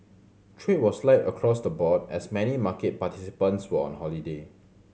trade was light across the board as many market participants were on holiday